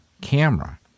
camera